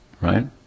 right